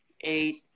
Eight